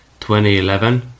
2011